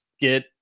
get